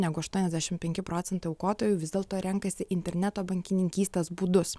negu aštuoniasdešimt penki procentai aukotojų vis dėlto renkasi interneto bankininkystės būdus